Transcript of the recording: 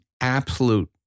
absolute